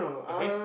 okay